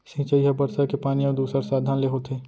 सिंचई ह बरसा के पानी अउ दूसर साधन ले होथे